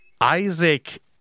Isaac